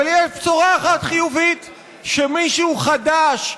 אבל יש בשורה אחת חיובית: מישהו חדש,